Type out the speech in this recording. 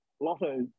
lotto